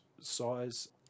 size